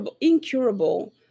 incurable